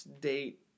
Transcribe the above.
date